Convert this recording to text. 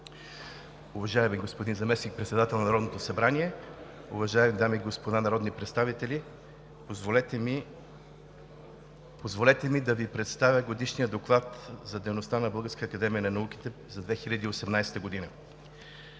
Уважаеми господин заместник-председател на Народното събрание, уважаеми дами и господа народни представители! Позволете да Ви представя Годишния доклад за дейността на Българската академия на науките за 2018 г.